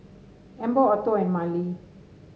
Amber Otto and Marely